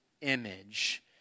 image